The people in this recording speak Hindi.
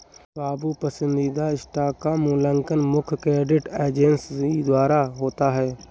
बाबू पसंदीदा स्टॉक का मूल्यांकन प्रमुख क्रेडिट एजेंसी द्वारा होता है